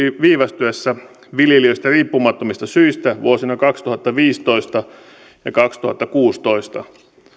viivästyessä viljelijöistä riippumattomista syistä vuosina kaksituhattaviisitoista ja kaksituhattakuusitoista